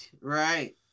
Right